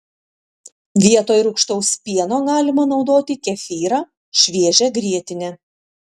vietoj rūgštaus pieno galima naudoti kefyrą šviežią grietinę